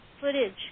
footage